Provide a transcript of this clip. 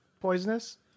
poisonous